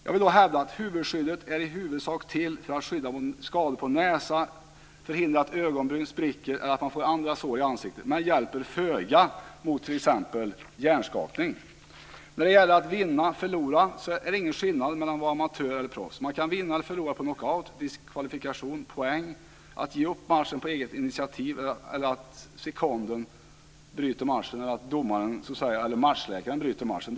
Jag vill då hävda att huvudskyddet i huvudsak är till för att skydda mot skador på näsa och förhindra att ögonbryn spricker eller att man får andra sår i ansiktet, men det hjälper föga mot t.ex. hjärnskakning. När det gäller att vinna och förlora är det ingen skillnad mellan amatörer och proffs. Man kan vinna och förlora på knockout, diskvalifikation och poäng. Man kan ge upp matchen på eget initiativ, eller sekonden domaren eller matchläkaren kan bryta matchen.